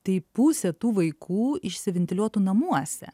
tai pusė tų vaikų išsiventiliuotų namuose